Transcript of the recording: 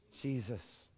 Jesus